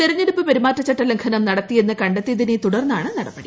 തെരെഞ്ഞെടുപ്പ് പെരുമാറ്റചട്ട ലംഘനം നടത്തിയെന്ന് കണ്ടെത്തിയതിനെ തുടർന്നാണ് നടപടി